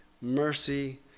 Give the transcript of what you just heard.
mercy